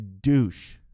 douche